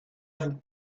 vous